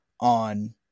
on